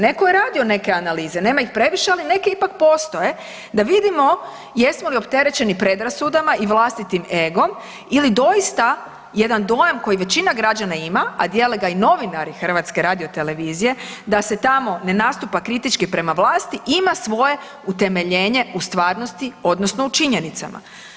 Netko je radio neke analize, nema ih previše, ali neke ipak postoje, da vidimo jesmo li opterećeni predrasudama i vlastitim egom ili doista jedan dojam koji većina građana ima, a dijele ga i novinari HRT-a da se tamo ne nastupa kritički prema vlasti, ima svoje utemeljenje u stvarnosti odnosno u činjenicama.